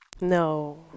No